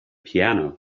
piano